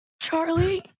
Charlie